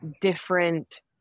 different